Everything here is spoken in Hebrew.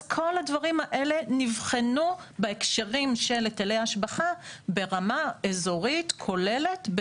אז כל הדברים האלה נבחנו בהקשרים של היטלי השבחה ברמה אזורית כוללת,